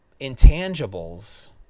intangibles